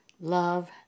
love